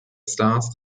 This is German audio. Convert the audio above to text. stars